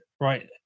right